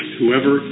whoever